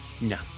no